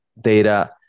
data